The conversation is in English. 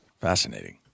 Fascinating